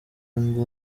ngo